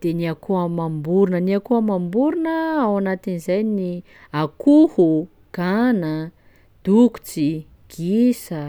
de ny akoho amam-borona, ny akoho amam-borona ao anatin'izay ny akoho, gana, dokotsy, gisa.